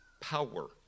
power